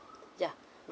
ya